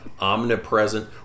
omnipresent